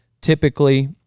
typically